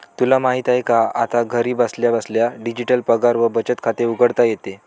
तुला माहित आहे का? आता घरी बसल्या बसल्या डिजिटल पगार व बचत खाते उघडता येते